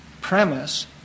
premise